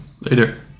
later